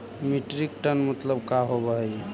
Metric ton मतलब का होव हइ?